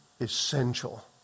essential